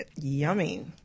Yummy